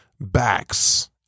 backs